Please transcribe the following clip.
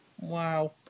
Wow